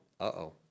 Uh-oh